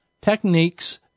techniques